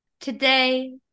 Today